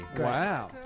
Wow